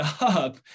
up